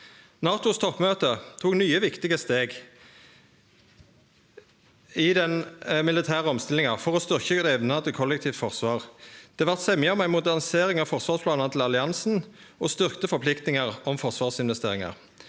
NATOs toppmøte tok nye viktige steg i den militære omstillinga for å styrkje evna til kollektivt forsvar. Det vart semje om ei modernisering av forsvarsplanane til alliansen og styrkte forpliktingar om forsvarsinvesteringar.